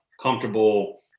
comfortable